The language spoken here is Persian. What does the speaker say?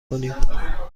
کنیم